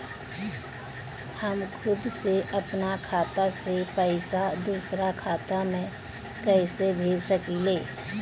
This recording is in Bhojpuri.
हम खुद से अपना खाता से पइसा दूसरा खाता में कइसे भेज सकी ले?